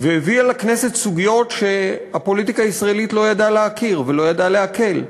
והביאה לכנסת סוגיות שהפוליטיקה הישראלית לא ידעה להכיר ולא ידעה לעכל,